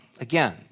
again